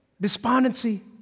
despondency